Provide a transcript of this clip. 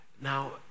Now